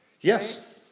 Yes